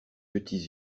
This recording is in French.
petits